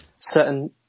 certain